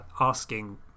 Asking